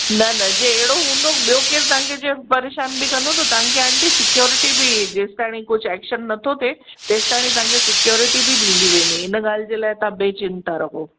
न न जे अहिड़ो हूंदो ॿियो केरु तव्हां खे जीअं परेशान बि कंदो तव्हां खे आंटी सिक्योरिटी बि जेसिताईं कोई एक्शन न थो थिए तेसिताईं तव्हां खे सिक्योरिटी बि ॾींदी वेंदी हिन ॻाल्हि जे लाइ तव्हां बेचिंता रहो